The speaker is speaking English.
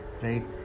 right